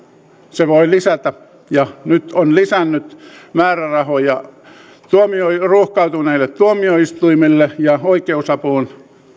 se voi lisätä ja nyt on lisännyt määrärahoja ruuhkautuneille tuomioistuimille ja oikeusapuun